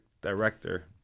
director